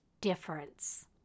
difference